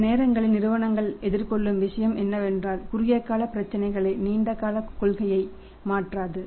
சிலநேரங்களில் நிறுவனங்கள் எதிர்கொள்ளும் விஷயம் என்னவென்றால் குறுகிய கால பிரச்சினைகள் நீண்ட கால கொள்கையை மாற்றாது